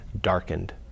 darkened